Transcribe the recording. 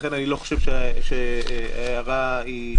ולכן אני לא חושב שההערה מוצדקת.